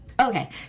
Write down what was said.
okay